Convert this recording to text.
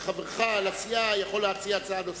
חברך לסיעה יכול להציע הצעה נוספת.